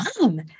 mom